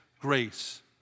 grace